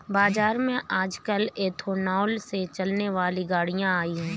बाज़ार में आजकल एथेनॉल से चलने वाली गाड़ियां आई है